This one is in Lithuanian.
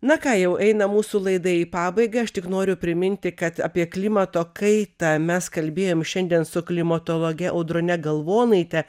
na ką jau eina mūsų laida į pabaigą aš tik noriu priminti kad apie klimato kaitą mes kalbėjom šiandien su klimatologe audrone galvonaite